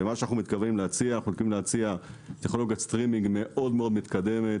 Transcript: אנחנו מתכוונים להציע טכנולוגיית סטרימינג מתקדמת